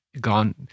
gone